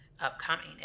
upcoming